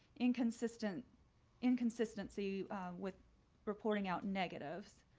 inconsistent inconsistency with reporting out negatives,